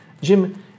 Jim